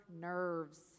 nerves